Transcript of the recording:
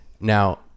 now